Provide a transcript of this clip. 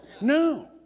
No